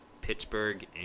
Pittsburgh